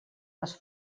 les